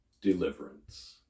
deliverance